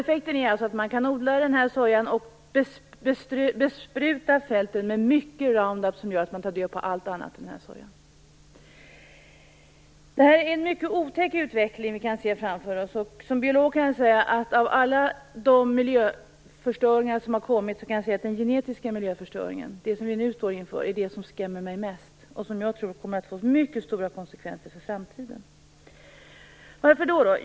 Effekten är att man kan odla soja och bespruta fälten med mycket Roundup, vilket gör att man tar död på allt annat än sojan. Det är en mycket otäck utveckling vi kan se framför oss. Som biolog kan jag säga, att av all miljöförstöring som kommit är den genetiska miljöförstöring som vi nu står inför det som skrämmer mig mest och det som jag tror kommer att få mycket stora konsekvenser för framtiden. Varför?